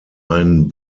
ein